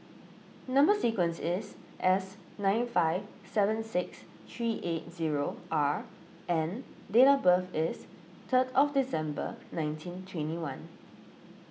Number Sequence is S nine five seven six three eight zero R and date of birth is three December nineteen twenty one